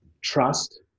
Trust